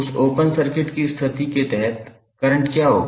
उस open circuit की स्थिति के तहत करंट क्या होगा